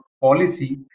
policy